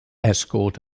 escort